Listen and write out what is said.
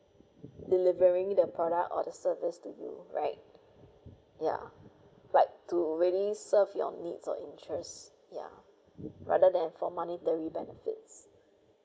delivering the product or the service to you right ya like to really serve your needs or interest ya rather than for monetary benefits